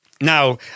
Now